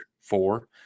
four